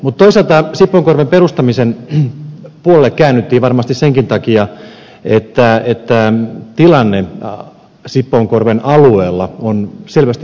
mutta toisaalta sipoonkorven perustamisen puolelle käännyttiin varmasti senkin takia että tilanne sipoonkorven alueella on selvästi muuttumassa